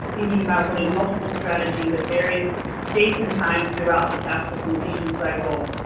thinking about holding multiple strategies at various dates and times throughout the fafsa completion cycle,